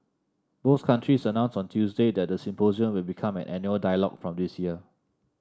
both countries announced on Tuesday that the symposium will become an annual dialogue from this year